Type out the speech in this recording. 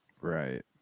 Right